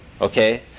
Okay